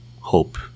hope